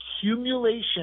accumulation